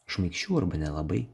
šmaikščių arba nelabai